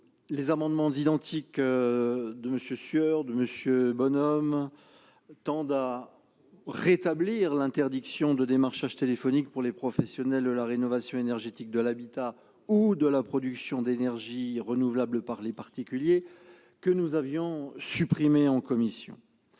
Les amendements n 31 rectifié, 13 et 21 rectifié tendent à rétablir l'interdiction de démarchage téléphonique pour les professionnels de la rénovation énergétique, de l'habitat ou de la production d'énergie renouvelable par les particuliers, que nous avons supprimée en commission.